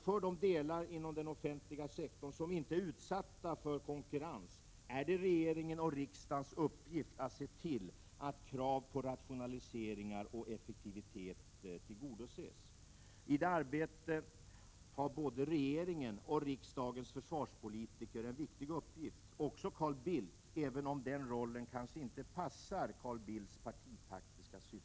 För de delar av den offentliga sektorn som inte är utsatta för konkurrens är det regeringens och riksdagens uppgift att se till att krav på rationaliseringar och effektivitet tillgodoses. I det arbetet har både regeringen och riksdagens försvarspolitiker en viktig uppgift. Det gäller också Carl Bildt, även om den rollen kanske inte passar Carl Bildts partitaktiska syften.